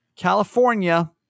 California